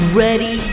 ready